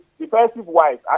Defensive-wise